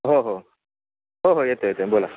हो हो हो हो येतो येतो बोला